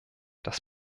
das